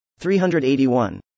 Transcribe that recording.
381